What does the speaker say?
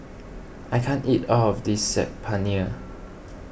I can't eat all of this Saag Paneer